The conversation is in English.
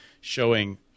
showing